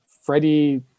Freddie